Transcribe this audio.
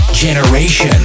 Generation